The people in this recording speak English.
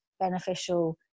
beneficial